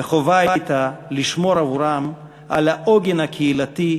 וחובה הייתה לשמור עבורם על העוגן הקהילתי,